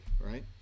right